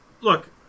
Look